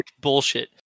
bullshit